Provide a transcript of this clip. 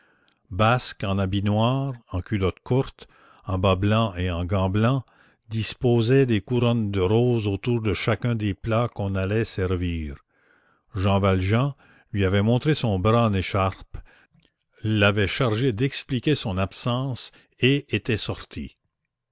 basque en habit noir en culotte courte en bas blancs et en gants blancs disposait des couronnes de roses autour de chacun des plats qu'on allait servir jean valjean lui avait montré son bras en écharpe l'avait chargé d'expliquer son absence et était sorti